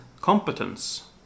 competence